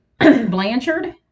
blanchard